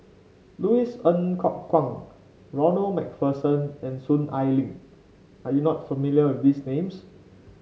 Louis Ng Kok Kwang Ronald MacPherson and Soon Ai Ling are you not familiar with these names